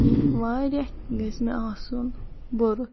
کینٛہہ واریاہ گَژھِ مےٚ آسُن بوٚرُت